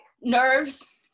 nerves